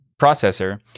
processor